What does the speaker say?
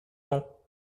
non